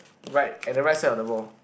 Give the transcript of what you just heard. right at the right side of the ball